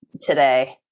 today